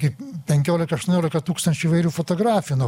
kaip penkiolika aštuoniolika tūkstančių įvairių fotografijų nuo